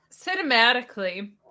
cinematically